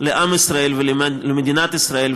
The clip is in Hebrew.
לעם ישראל ולמדינת ישראל.